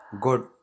good